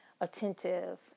attentive